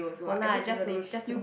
won't lah just to just to